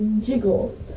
jiggle